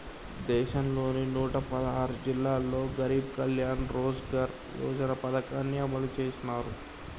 దేశంలోని నూట పదహారు జిల్లాల్లో గరీబ్ కళ్యాణ్ రోజ్గార్ యోజన పథకాన్ని అమలు చేసినారు